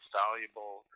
valuable